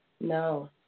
No